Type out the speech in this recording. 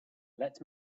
let